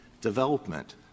Development